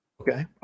Okay